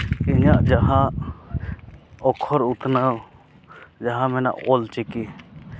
ᱤᱧᱟᱹᱜ ᱡᱟᱦᱟᱸ ᱚᱠᱠᱷᱚᱨ ᱩᱛᱱᱟᱹᱣ ᱡᱟᱦᱟᱸ ᱢᱮᱱᱟᱜ ᱚᱞ ᱪᱤᱠᱤ